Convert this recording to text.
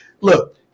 look